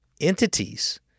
entities